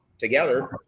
together